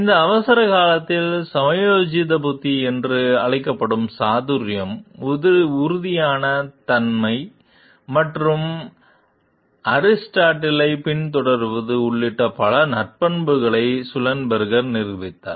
இந்த அவசரகாலத்தில் சமயோஜித புத்தி என்று அழைக்கப்படும் சாதுர்யம் உறுதியான தன்மை மற்றும் அரிஸ்டாட்டிலைப் பின்தொடர்வது உள்ளிட்ட பல நற்பண்புகளை சுல்லன்பெர்கர் நிரூபித்தார்